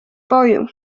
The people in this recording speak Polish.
boju